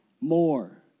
More